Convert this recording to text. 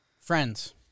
friends